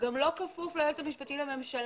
גם לא כפוף ליועץ המשפטי לממשלה.